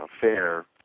fair